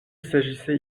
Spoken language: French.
s’agissait